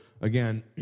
again